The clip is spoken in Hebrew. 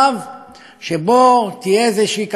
שבו תהיה איזושהי קטסטרופה,